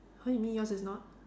what you mean yours is not